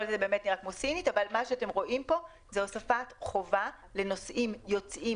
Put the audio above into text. כל זה נשמע כמו סינית אבל מה שאתם רואים זה הוספת חובה לנוסעים יוצאים